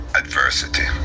adversity